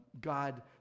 God